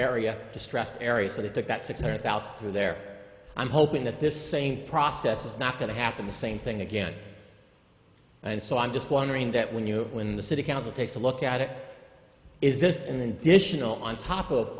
area distressed area so they took that six hundred thousand through there i'm hoping that this same process is not going to happen the same thing again and so i'm just wondering that when you when the city council takes a look at it is this in the additional on top of